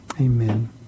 Amen